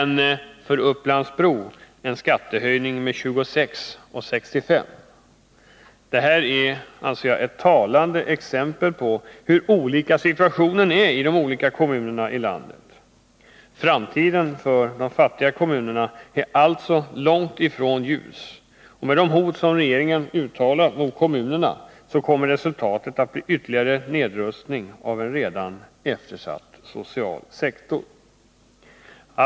och för Upplands Bro 26:65 kr. Det här är talande exempel på hur olika situationerna är i de olika kommunerna i landet. Framtiden för de fattiga kommunerna är alltså långt ifrån ljus, och med de hot som regeringen uttalar mot kommunerna kommer resultatet att bli ytterligare nedrustning av en redan eftersatt social sektor.